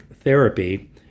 therapy